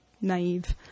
naive